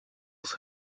das